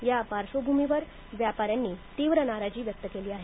या पार्श्वभूमीवर व्यापाऱ्यांनी तीव्र नाराजी व्यक्त केली आहे